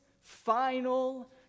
final